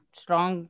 strong